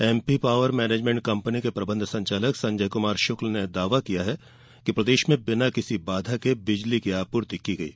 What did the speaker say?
MP power management company के प्रबंध संचालक संजय कुमार शुक्ल ने दावा किया है कि प्रदेष में बिना किसी बाधा के बिजली की आपूर्ति की गयी